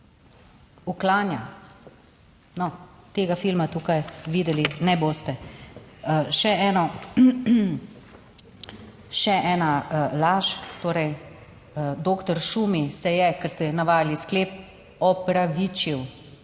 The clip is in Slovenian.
uklanja. No, tega filma tukaj videli ne boste. Še eno, še ena laž torej, doktor Šumi se je, ker ste navajali sklep, opravičil